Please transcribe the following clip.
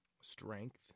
strength